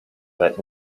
but